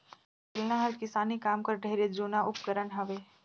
बेलना हर किसानी काम कर ढेरे जूना उपकरन हवे